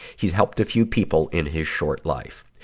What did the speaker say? he's helped a few people in his short life.